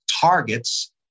targets